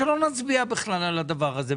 שלא נצביע בכלל על הדבר הזה,